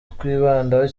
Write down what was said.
twibandaho